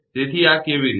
તેથી આ કેવી રીતે